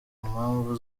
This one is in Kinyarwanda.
mpamvu